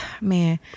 Man